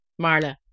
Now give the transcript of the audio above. marla